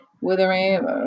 withering